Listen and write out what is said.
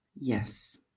Yes